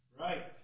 Right